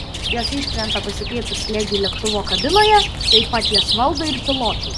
jos iškrenta pasikeitus slėgiui lėktuvo kabinoje taip pat jas valdo ir pilotai